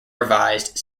revised